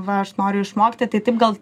va aš noriu išmokti tai taip gal